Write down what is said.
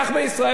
כך בישראל,